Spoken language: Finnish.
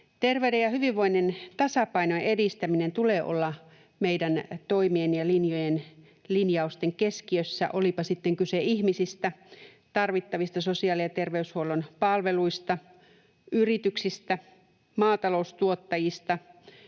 Terveyden ja hyvinvoinnin tasapainon edistäminen tulee olla meidän toimien ja linjausten keskiössä, olipa sitten kyse ihmisistä, tarvittavista sosiaali- ja terveyshuollon palveluista, yrityksistä, maataloustuottajista,